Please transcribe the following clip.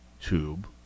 tube